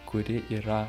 kuri yra